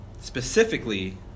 Specifically